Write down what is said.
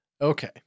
Okay